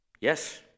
Yes